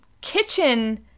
kitchen